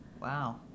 wow